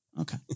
Okay